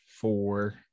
four